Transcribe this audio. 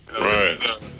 right